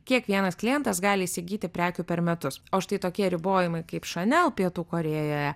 kiek vienas klientas gali įsigyti prekių per metus o štai tokie ribojimai kaip šanel pietų korėjoje